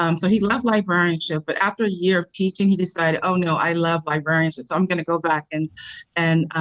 um so he loved librarianship, but after a year of teaching, he decided oh, no, i love librarianship, so i am going to go back and and